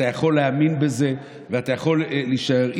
אתה יכול להאמין בזה ואתה יכול להישאר.